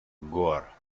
gore